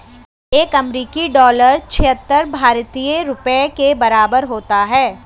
एक अमेरिकी डॉलर छिहत्तर भारतीय रुपये के बराबर होता है